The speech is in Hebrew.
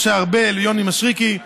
משה ארבל ויוני משריקי.